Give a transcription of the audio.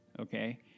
Okay